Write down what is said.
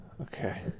Okay